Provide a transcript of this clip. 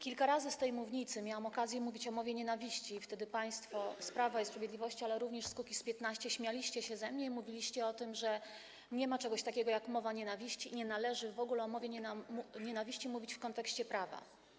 Kilka razy z tej mównicy miałam okazję mówić o mowie nienawiści i wtedy państwo z Prawa i Sprawiedliwości, ale również z Kukiz’15 śmialiście się ze mnie i mówiliście o tym, że nie ma czegoś takiego jak mowa nienawiści i że nie należy w ogóle o mowie nienawiści mówić w kontekście prawa.